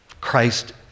Christ